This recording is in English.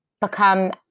become